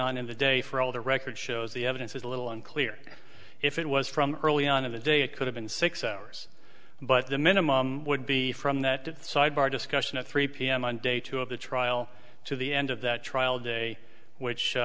on in the day for all the record shows the evidence is a little unclear if it was from early on in the day it could have been six hours but the minimum would be from that sidebar discussion at three pm on day two of the trial to the end of that trial day which